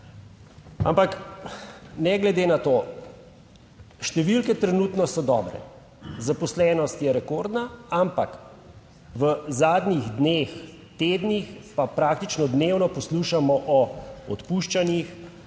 ampak ne glede na to, številke trenutno so dobre, zaposlenost je rekordna, ampak v zadnjih dneh, tednih pa praktično dnevno poslušamo o odpuščanjih,